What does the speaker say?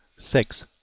six.